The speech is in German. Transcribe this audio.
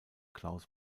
klaus